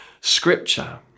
Scripture